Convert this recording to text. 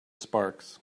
sparks